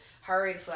hurry